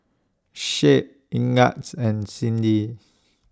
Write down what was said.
Shade Ignatz and Cyndi